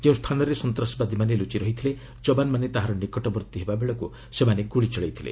ଯେଉଁ ସ୍ଥାନରେ ସନ୍ତାସବାଦୀମାନେ ଲୁଚି ରହିଥିଲେ ଯବାନମାନେ ତାହାର ନିକଟବର୍ତ୍ତୀ ହେବାବେଳକୁ ସେମାନେ ଗୁଳି ଚଳାଇଥିଲେ